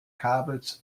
kabels